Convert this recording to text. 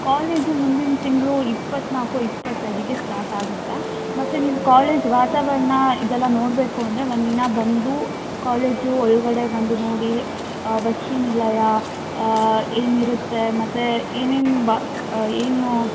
college ಮುಂದಿನ ತಿಂಗಳು ಇಪ್ಪತ್ನಾಲ್ಕು ಇಪ್ಪತೈದಿಕ್ಕೆ ಸ್ಟಾರ್ಟ್ ಆಗುತ್ತೆ ಮತ್ತು ನೀವು ಕಾಲೇಜ್ ವಾತಾವರಣ ಇದೆಲ್ಲ ನೋಡ್ಬೇಕು ಅಂದರೆ ಒಂದಿನ ಬಂದು ಕಾಲೇಜು ಒಳಗಡೆ ಬಂದು ನೋಡಿ ವಸತಿ ನಿಲಯ ಏನಿರುತ್ತೆ ಮತ್ತು ಏನೇನು ಬಾಕ್ ಏನು